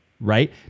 right